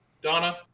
Donna